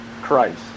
Christ